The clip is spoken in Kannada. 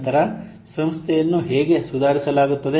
ನಂತರ ಸಂಸ್ಥೆಯನ್ನು ಹೇಗೆ ಸುಧಾರಿಸಲಾಗುತ್ತದೆ